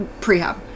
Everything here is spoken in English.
prehab